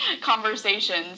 conversations